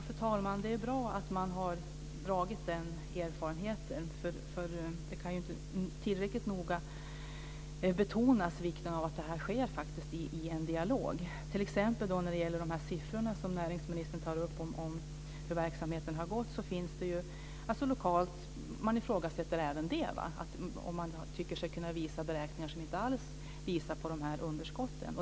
Fru talman! Det är bra att man har gjort den erfarenheten. Vikten av att detta sker i en dialog kan inte tillräckligt betonas. När det t.ex. gäller de siffror som näringsministern tar upp om hur verksamheten har gått så ifrågasätts även de lokalt. Man tycker sig kunna visa beräkningar som inte alls visar på de här underskotten.